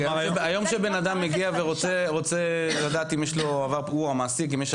כשהיום בן אדם מגיע והמעסיק רוצה לדעת אם יש לו עבר פלילי,